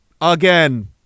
again